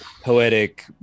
poetic